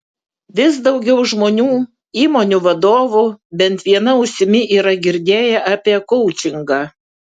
vis daugiau žmonių įmonių vadovų bent viena ausimi yra girdėję apie koučingą